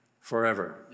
forever